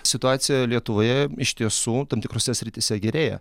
situacija lietuvoje iš tiesų tam tikrose srityse gerėja